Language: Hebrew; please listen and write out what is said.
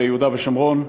ליהודה ושומרון,